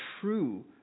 true